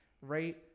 right